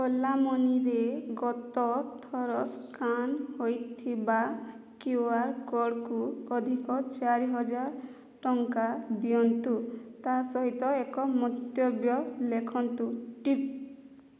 ଓଲା ମନିରେ ଗତଥର ସ୍କାନ୍ ହୋଇଥିବା କ୍ୟୁ ଆର୍ କୋଡ଼୍କୁ ଅଧିକ ଚାରିହଜାର ଟଙ୍କା ଦିଅନ୍ତୁ ତା'ସହିତ ଏକ ମନ୍ତବ୍ୟ ଲେଖନ୍ତୁ ଟିପ୍